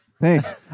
Thanks